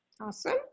awesome